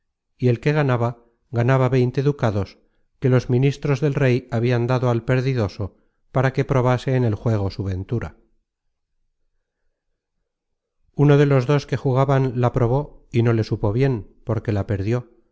y el que ganaba ganaba veinte ducados que los ministros del rey habian dado al perdidoso para que probase en el juego su ventura uno de los dos que jugaban la probó y no le supo bien porque la perdió